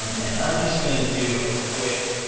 um and i'm just gonna do a quick